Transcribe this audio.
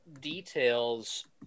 details